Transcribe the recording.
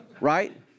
right